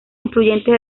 influyentes